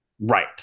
Right